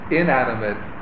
inanimate